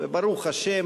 וברוך השם,